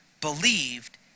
believed